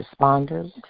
responders